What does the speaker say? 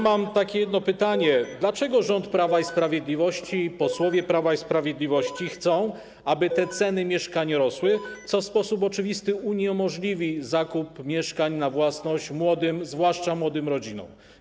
Mam jedno pytanie: Dlaczego rząd Prawa i Sprawiedliwości, posłowie Prawa i Sprawiedliwości chcą, aby ceny mieszkań rosły, co w sposób oczywisty uniemożliwi zakup mieszkań na własność zwłaszcza młodym rodzinom?